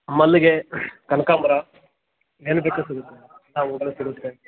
ಮಲ್ಲಿಗೆ ಕನಕಾಂಬ್ರ ಏನು ಬೇಕಾರು ಸಿಗುತ್ತೆ ಹೂಗಳು ಸಿಗುತ್ತೆ